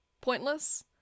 pointless